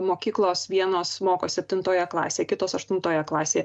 mokyklos vienos moko septintoje klasėje kitos aštuntoje klasėje